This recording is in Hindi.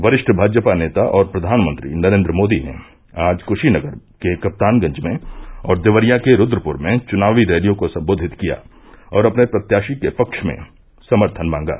वरिश्ठ भाजपा नेता और प्रधानमंत्री नरेन्द्र मोदी ने आज कुषीनगर के कप्तानगंज में और देवरिया के रूद्रपुर में चुनावी रैलियों को सम्बोधित किया और अपने प्रत्याषी के पक्ष में समर्थन मांगा